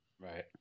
Right